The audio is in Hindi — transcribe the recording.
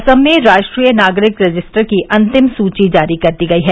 असम में राष्ट्रीय नागरिक रजिस्टर की अंतिम सूची जारी कर दी गई है